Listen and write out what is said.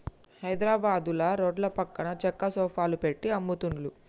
హైద్రాబాదుల రోడ్ల పక్కన చెక్క సోఫాలు పెట్టి అమ్ముతున్లు